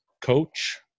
coach